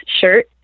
shirt